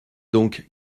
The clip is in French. donc